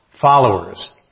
followers